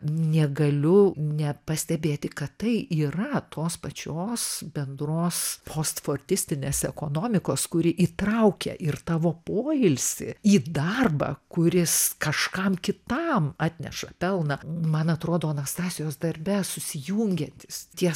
negaliu nepastebėti kad tai yra tos pačios bendros postfortistinės ekonomikos kuri įtraukia ir tavo poilsį į darbą kuris kažkam kitam atneša pelną man atrodo anastasijos darbe susijungiantys tie